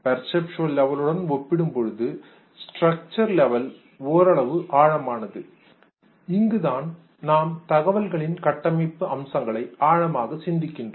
perceptual லெவல்லுடன் ஒப்பிடும் பொழுது ஸ்டரக்சர் லெவல் ஓரளவு ஆழமானது இங்குதான் நாம் தகவல்களின் கட்டமைப்பு அம்சங்களை ஆழமாக சிந்திக்கின்றோம்